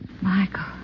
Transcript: Michael